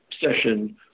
session